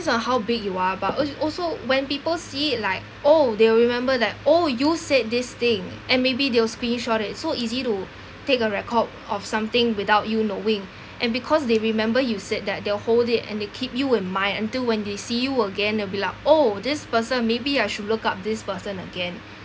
on how big you are but al~ also when people see it like oh they will remember that oh you said this thing and maybe they'll screenshot it so easy to take a record of something without you knowing and because they remember you said that they'll hold it and they keep you in mind until when they see you again they'll be like oh this person maybe I should look up this person again